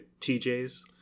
tj's